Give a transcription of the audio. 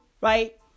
right